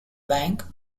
bank